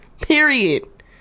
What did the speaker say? Period